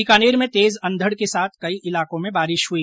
बीकानेर में तेज अंधड के साथ कई इलाकों में बारिश हुई